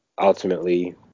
ultimately